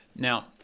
Now